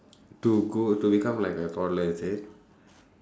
to go to become like a toddler is it